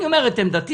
אני אומר את עמדתי.